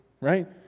Right